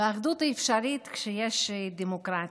והאחדות אפשרית כשיש דמוקרטיה.